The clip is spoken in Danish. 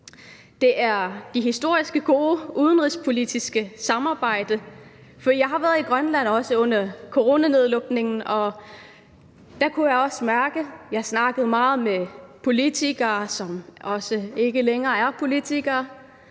Det er det historisk gode udenrigspolitiske samarbejde. Jeg har været i Grønland under coronanedlukningen, og da kunne jeg også mærke – jeg snakkede meget med politikere, som ikke længere er politikere,